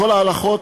כל ההלכות,